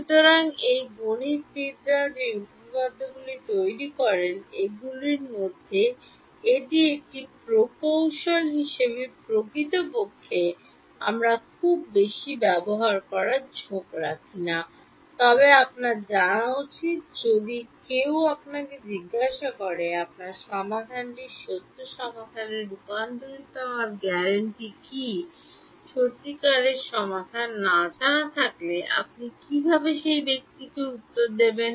সুতরাং এটি গণিতবিদরা যে উপপাদাগুলি তৈরি করেন এটিগুলির মধ্যে একটি এটি প্রকৌশল হিসাবে প্রকৃতপক্ষে আমরা খুব বেশি ব্যবহার করার ঝোঁক রাখি না তবে আপনার জানা উচিত যদি কেউ আপনাকে জিজ্ঞাসা করে আপনার সমাধানটি সত্য সমাধানে রূপান্তরিত হওয়ার গ্যারান্টি কী is সত্যিকারের সমাধান না জানা থাকলে আপনি কীভাবে সেই ব্যক্তিকে উত্তর দেবেন